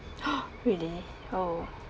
really oh